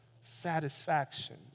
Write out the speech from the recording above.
satisfaction